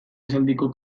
esaldiko